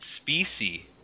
species